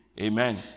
Amen